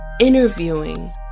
interviewing